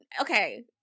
okay